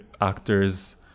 actors